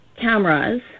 cameras